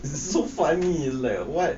so funny like what